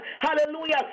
hallelujah